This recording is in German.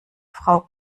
frau